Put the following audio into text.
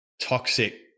toxic